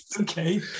okay